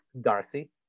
Darcy